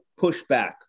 pushback